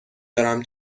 دارم